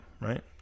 right